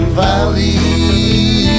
valley